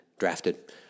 Drafted